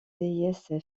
déesse